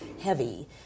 heavy